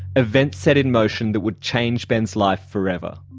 events set in motion that would change ben's life forever.